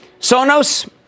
Sonos